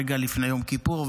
רגע לפני יום כיפור.